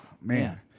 man